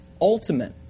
ultimate